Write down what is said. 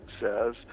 says